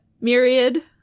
myriad